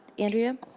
andrea?